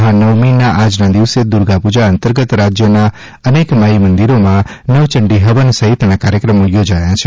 મહાબવમીન આજન દિવસે દુર્ગાપૂજા અંતર્ગત રાજ્યન અનેક માંઇ મંદિરોમાં નવચંડી હવન સહિતન કાર્યક્રમો યોજાય છે